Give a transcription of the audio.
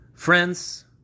Friends